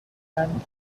and